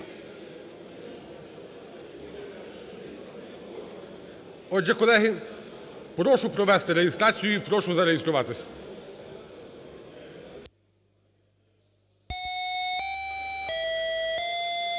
Отже, колеги, прошу провести реєстрацію і прошу зареєструватись. 10:05:32